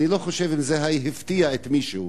אני לא חושב שזה הפתיע מישהו.